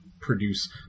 produce